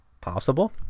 possible